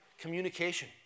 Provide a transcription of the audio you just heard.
communication